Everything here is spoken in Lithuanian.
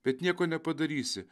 bet nieko nepadarysi